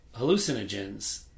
hallucinogens